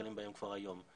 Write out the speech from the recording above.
נתקלים בהם כבר היום.